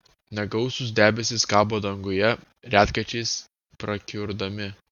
negausūs debesys kabo danguje retkarčiais prakiurdami